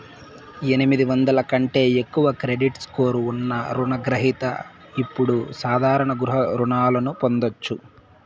ఎనిమిది వందల కంటే ఎక్కువ క్రెడిట్ స్కోర్ ఉన్న రుణ గ్రహిత ఇప్పుడు సాధారణ గృహ రుణాలను పొందొచ్చు